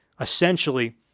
essentially-